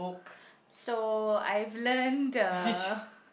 so I have learn the